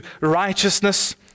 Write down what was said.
righteousness